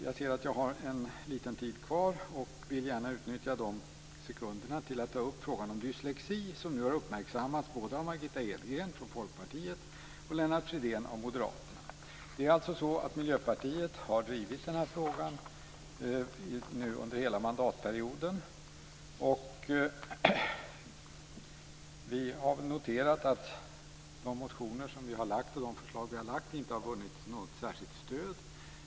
Jag ser att jag har litet taletid kvar, och vill gärna utnyttja de sekunderna till att ta upp frågan om dyslexi, som nu har uppmärksammats både av Margitta Moderaterna. Vi i Miljöpartiet har drivit frågan under hela mandatperioden. Vi har noterat att de motioner och förslag som vi har lagt fram inte har vunnit något särskilt stöd.